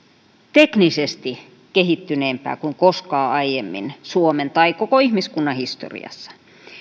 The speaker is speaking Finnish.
teknisesti kehittyneempää kuin koskaan aiemmin suomen tai koko ihmiskunnan historiassa